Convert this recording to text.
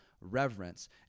reverence